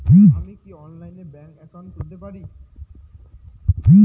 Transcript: আমি কি অনলাইনে ব্যাংক একাউন্ট খুলতে পারি?